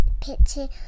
picture